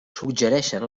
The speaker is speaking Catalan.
suggereixen